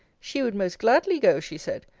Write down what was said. she would most gladly go, she said,